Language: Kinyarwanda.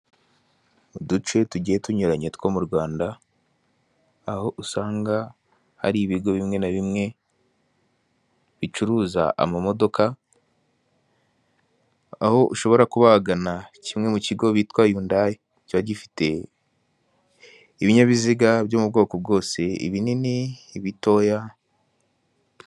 Uduce tugiye tunyuranye two mu rwanda aho usanga hari ibigo bimwe na bimwe, bicuruza amamodoka aho ushobora kubagana kimwe mu kigo kitwa yundayi kiba gifite ibinyabiziga byo mu bwoko bwose ibinini ibitoya.